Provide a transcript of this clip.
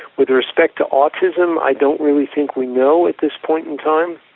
with respect to autism i don't really think we know at this point in time,